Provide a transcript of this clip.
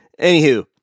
Anywho